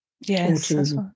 yes